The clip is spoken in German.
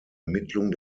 ermittlung